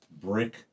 brick